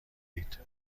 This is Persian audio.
اید